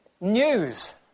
News